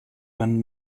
when